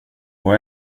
och